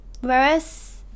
whereas